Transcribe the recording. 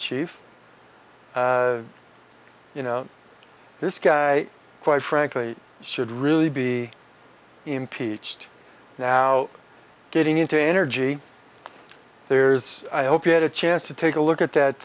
chief you know this guy quite frankly should really be impeached now getting into energy there's i hope you had a chance to take a look at that